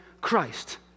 Christ